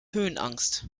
höhenangst